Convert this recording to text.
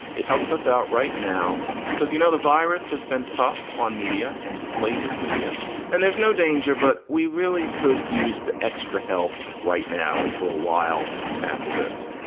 it helps us out right now because, you know, the virus has been tough on media and slate is media and there's no danger. but we really could use the extra help right now and for a while after this.